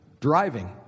driving